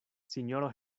sinjoro